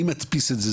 אני מדפיס את זה,